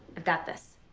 i've got this.